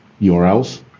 URLs